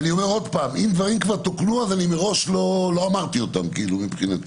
אם דברים תוקנו, מבחינתי כאילו לא אמרתי אותם.